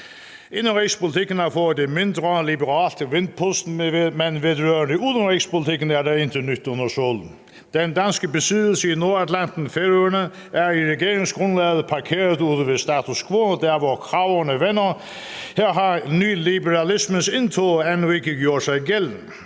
Indenrigspolitikken har fået et mindre liberalt vindpust, men vedrørende udenrigspolitikken er der intet nyt under solen. Den danske besiddelse i Nordatlanten, Færøerne, er i regeringsgrundlaget parkeret ude ved status quo, der, hvor kragerne vender; her har nyliberalismens indtog endnu ikke gjort sig gældende.